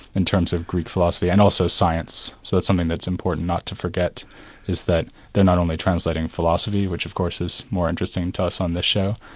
in terms of greek philosophy, and also science. so that's something that's important not to forget is that they're not only translating philosophy, which of course is more interesting to us on this show,